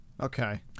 Okay